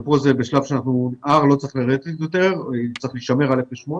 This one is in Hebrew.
כאן ה-R לא צריך לרדת יותר, צריך להישמר על 0.8